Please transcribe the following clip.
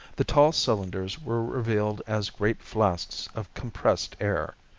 the tall cylinders were revealed as great flasks of compressed air.